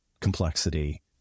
complexity